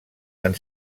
han